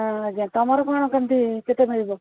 ଆଜ୍ଞା ତମର କ'ଣ କେମିତି କେତେ ମିଳିବ